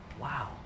wow